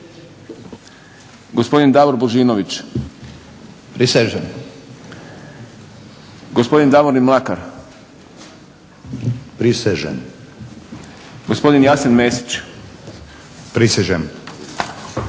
gospodin Davor Božinović-prisežem, gospodin Davorin Mlakar-prisežem, gospodin Jasen Mesić-prisežem,